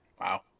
Wow